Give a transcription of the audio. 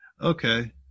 okay